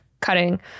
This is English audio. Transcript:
cutting